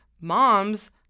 moms